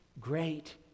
great